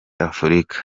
afurica